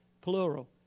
plural